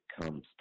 comes